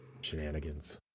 Shenanigans